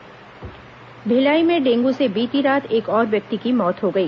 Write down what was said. dengue मौत भिलाई में dengue से बीती रात एक और व्यक्ति की मौत हो गई